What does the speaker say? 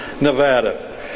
Nevada